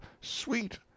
sweet